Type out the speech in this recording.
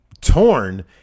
torn